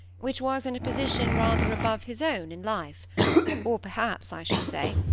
which was in a position rather above his own in life or perhaps i should say,